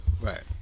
Right